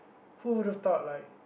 who would've thought like